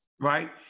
Right